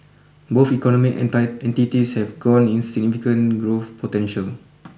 both economic entire entities have got significant growth potential